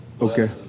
Okay